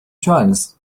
drugs